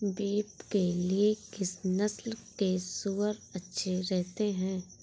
Beef के लिए किस नस्ल के सूअर अच्छे रहते हैं?